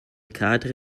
cadre